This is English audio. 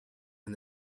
and